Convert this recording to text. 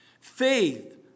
faith